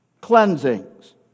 cleansings